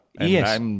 Yes